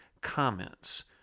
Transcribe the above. comments